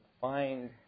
find